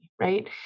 right